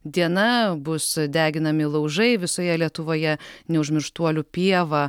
diena bus deginami laužai visoje lietuvoje neužmirštuolių pieva